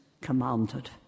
commanded